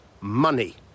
money